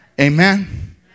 Amen